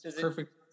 perfect